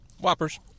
Whoppers